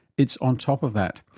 it's on top of that.